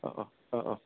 औ औ औ औ